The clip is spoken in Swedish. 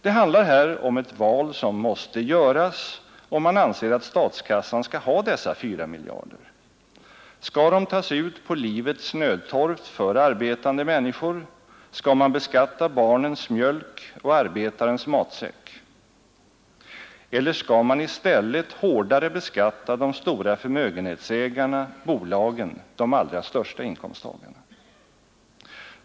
Det handlar här om ett val som måste göras om man anser att statskassan skall ha dessa 4 miljarder: Skall de tas ut på livets nödtorft för arbetande människor, skall man beskatta barnens mjölk och arbetarens matsäck — eller skall man i stället hårdare beskatta de stora förmögenhetsägarna, bolagen, de allra största inkomsttagarna?